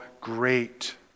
great